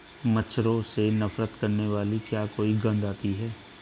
मच्छरों से नफरत करने वाली क्या कोई गंध आती है?